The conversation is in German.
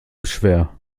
schwer